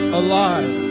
alive